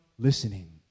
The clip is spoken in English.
Listening